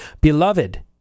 Beloved